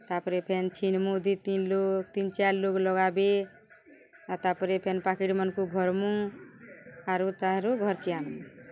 ତା'ପରେ ଫେନ୍ ଛିନ୍ମୁ ଦି ତିନ୍ ଲୋକ୍ ତିନ୍ ଚାର୍ ଲୋକ୍ ଲଗାବେ ଆଉ ତା'ପରେ ଫେନ୍ ପାକିଟ୍ମାନ୍କୁ ଘରମୁ ଆରୁ ତା'ର୍ ଘର୍କେ ଆନୁ